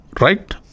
right